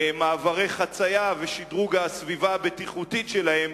מעברי חצייה ושדרוג הסביבה הבטיחותית שלהם,